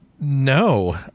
No